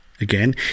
Again